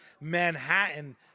Manhattan